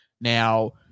Now